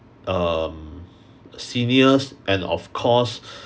um seniors and of course